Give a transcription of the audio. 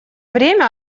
время